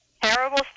Terrible